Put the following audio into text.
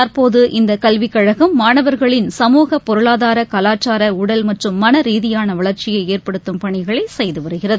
தற்போது இந்த கல்விக் கழகம் மாணவர்களின் கமூக பொருளாதார கலாச்சார உடல் மற்றும் மன ரீதியான வளர்ச்சியை ஏற்படுத்தும் பணிகளை செய்து வருகிறது